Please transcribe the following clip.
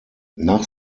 nach